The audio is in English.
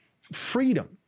freedom